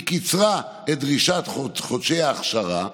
היה שהיא קיצרה את דרישת חודשי האכשרה,